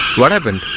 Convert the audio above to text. what happened